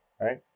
right